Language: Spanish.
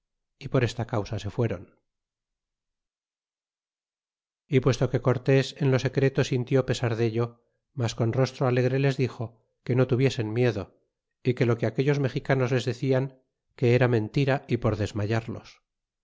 y por esta causa se fueron e puesto que cortés en lo secreto sintió pesar dello mas con rostro alegre les dixo que no tuviesen miedo e que lo que aquellos mexicanos les decian que era mentira y por